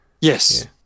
yes